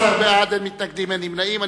13 בעד, אין מתנגדים, אין נמנעים.